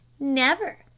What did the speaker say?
never,